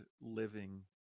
living